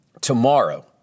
Tomorrow